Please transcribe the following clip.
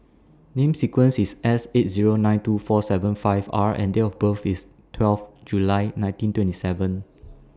Number sequence IS S eight Zero nine two four seven five R and Date of birth IS twelve July nineteen twenty seven